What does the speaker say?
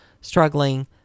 struggling